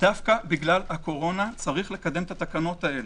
דווקא בגלל הקורונה יש לקדם את התקנות האלה,